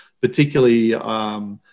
particularly –